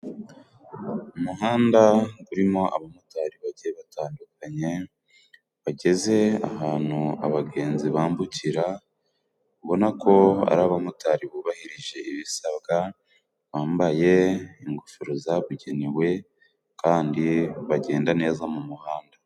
Umuhanda urimo abamotari bagiye batandukanye, bageze ahantu abagenzi bambukira, ubona ko ari abamotari bubahirije ibisabwa, bambaye ingofero zabugenewe, kandi bagenda neza mu umuhanda.